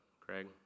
Craig